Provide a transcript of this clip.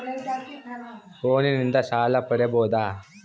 ಫೋನಿನಿಂದ ಸಾಲ ಪಡೇಬೋದ?